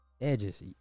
edges